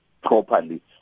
properly